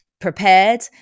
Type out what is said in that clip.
prepared